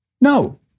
No